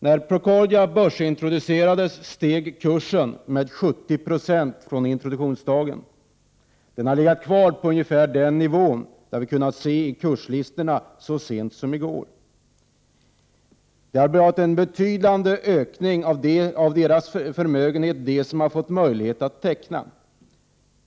När Procordia börsintroducerades steg kursen med 70 96 från introduktionsdagen, och den har legat kvar på ungefär den nivån — som vi har kunnat se i kurslistorna så sent som i går. Det har varit en betydande ökning av förmögenheterna bland dem som fått möjlighet att teckna.